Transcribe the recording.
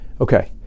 Okay